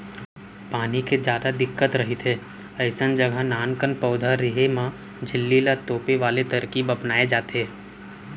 पानी के जादा दिक्कत रहिथे अइसन जघा नानकन पउधा रेहे म झिल्ली ल तोपे वाले तरकीब अपनाए जाथे